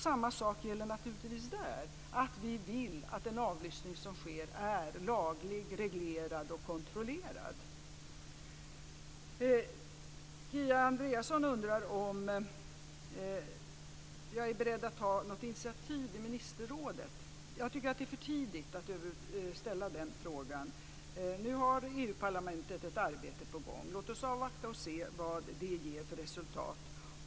Samma sak gäller naturligtvis där, att vi vill att den avlyssning som sker är laglig, reglerad och kontrollerad. Kia Andreasson undrar om jag är beredd att ta något initiativ i ministerrådet. Jag tycker att det är för tidigt att ställa den frågan. Nu har Europaparlamentet ett arbete på gång. Låt oss avvakta och se vad det ger för resultat.